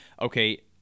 Okay